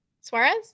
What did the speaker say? suarez